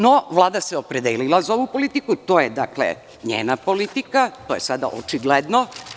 No, Vlada se opredelila za ovu politiku, to je njena politika, to je sada očigledno.